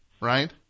right